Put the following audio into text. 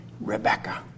Rebecca